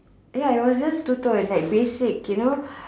ya it was just two tone like basic you know